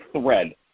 thread